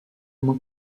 uma